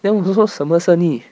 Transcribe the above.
then 我就说什么生意